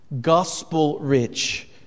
gospel-rich